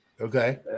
Okay